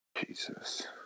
Jesus